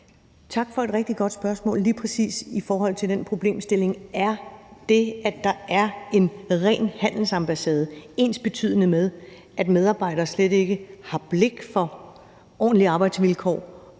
Tak for et rigtig godt spørgsmål. Til lige præcis den problemstilling om det, at der er en ren handelsambassade, er ensbetydende med, at medarbejdere slet ikke har blik for ordentlige arbejdsvilkår,